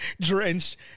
drenched